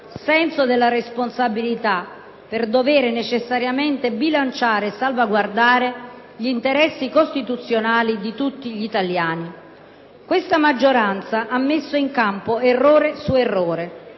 senso della responsabilità per dover necessariamente bilanciare e salvaguardare gli interessi costituzionali e di tutti gli italiani. Questa maggioranza ha messo in campo errore su errore: